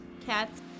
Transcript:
cats